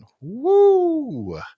woo